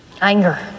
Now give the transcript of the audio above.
Anger